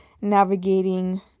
navigating